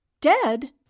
dead